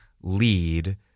lead